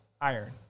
iron